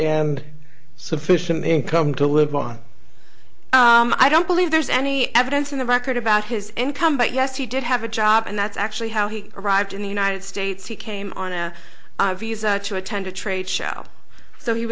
and sufficient income to live on i don't believe there's any evidence in the record about his income but yes he did have a job and that's actually how he arrived in the united states he came on a visa to attend a trade show so he